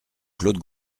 claude